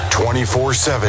24-7